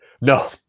No